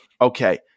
Okay